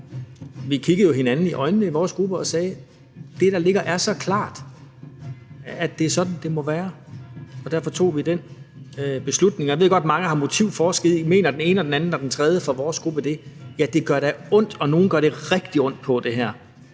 vi kiggede jo hinanden i øjnene i vores gruppe og sagde: Det, der ligger, er så klart, at det er sådan, det må være. Og derfor tog vi den beslutning. Jeg ved godt, at mange har motivforsket i, hvorfor den ene eller den anden eller den tredje vores gruppe mener det. Ja, det gør da ondt, og nogle gør det her rigtig ondt på, men det